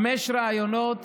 חמישה ראיונות